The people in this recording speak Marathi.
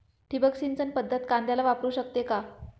ठिबक सिंचन पद्धत कांद्याला वापरू शकते का?